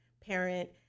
parent